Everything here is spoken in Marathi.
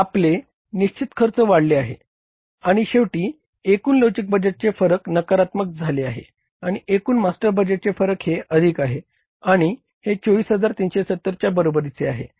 आपले निश्चित खर्च वाढले आहे आणि शेवटी एकूण लवचिक बजेटचे फरक नकारात्मक झाले आहे आणि एकूण मास्टर बजेटचे फरक हे अधिक आहे आणि हे 24370 च्या बरोबरीचे आहे